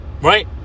Right